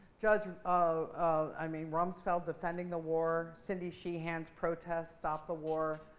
judge um i mean rumsfeld defending the war, cindy sheehan's protest, stop the war,